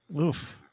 Oof